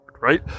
right